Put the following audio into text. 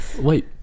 Wait